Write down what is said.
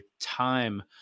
time